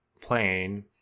plane